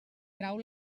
trau